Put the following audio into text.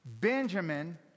Benjamin